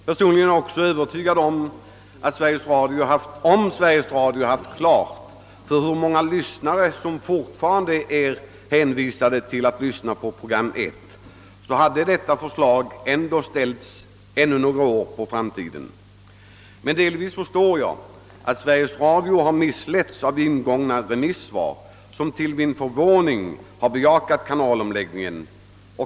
Jag är också övertygad om, att om man på Sveriges Radio haft klart för sig hur många lyssnare som fortfarande är hänvisade till att lyssna på enbart program 1, så hade detta förslag ställts på framtiden ännu några år. Men jag förstår att man på radiobolaget har missletts litet av inkomna remissvar, i vilka man till min förvåning har sagt ja till kanalomläggnngen.